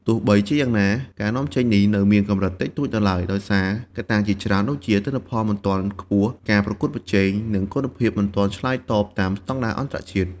ទោះបីយ៉ាងណា ការនាំចេញនេះនៅមានកម្រិតតិចតួចនៅឡើយ ដោយសារកត្តាជាច្រើនដូចជា ទិន្នផលមិនទាន់ខ្ពស់ ការប្រកួតប្រជែង និងគុណភាពមិនទាន់ឆ្លើយតបតាមស្តង់ដារអន្តរជាតិ។